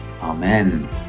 Amen